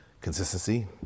Consistency